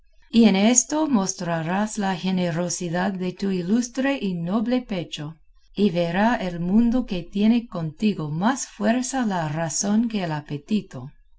y en esto mostrarás la generosidad de tu ilustre y noble pecho y verá el mundo que tiene contigo más fuerza la razón que el apetito